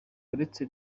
uretse